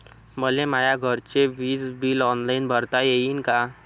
मले माया घरचे विज बिल ऑनलाईन भरता येईन का?